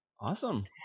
Awesome